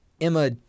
Emma